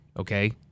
okay